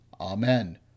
Amen